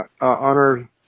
honor